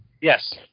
Yes